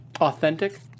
Authentic